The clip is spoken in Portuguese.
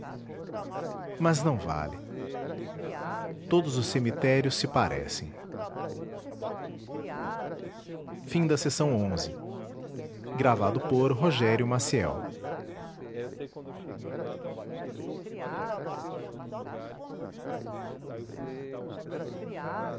mas não vale todos os cemitérios se parecem www